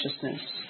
consciousness